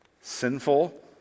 sinful